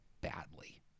badly